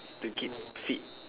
to keep fit